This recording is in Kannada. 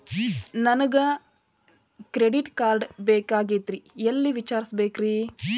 ನನಗೆ ಕ್ರೆಡಿಟ್ ಕಾರ್ಡ್ ಬೇಕಾಗಿತ್ರಿ ಎಲ್ಲಿ ವಿಚಾರಿಸಬೇಕ್ರಿ?